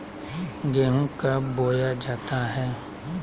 गेंहू कब बोया जाता हैं?